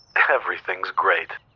everything's great.